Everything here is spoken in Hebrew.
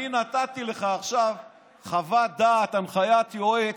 אני נתתי לך עכשיו חוות דעת, הנחיית יועץ,